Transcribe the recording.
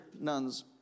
nuns